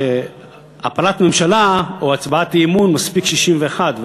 שלהפלת ממשלה או הצבעת אי-אמון מספיק 61,